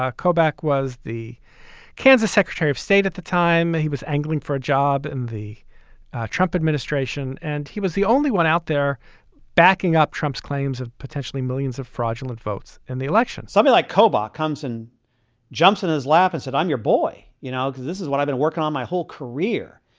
ah kobach was the kansas secretary of state at the time. and he was angling for a job in the trump administration. and he was the only one out there backing up trump's claims of potentially millions of fraudulent votes in the election something like kobar comes and jumps in his lap and sit on your boy. you know, this is what i've been working on my whole career.